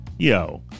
Yo